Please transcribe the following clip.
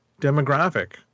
demographic